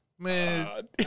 Man